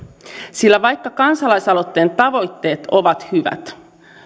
vaikka kansalaisaloitteen tavoitteet ovat hyvät